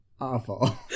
awful